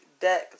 deck